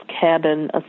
cabin